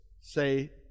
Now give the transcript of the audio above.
say